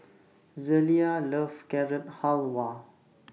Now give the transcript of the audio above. Zelia loves Carrot Halwa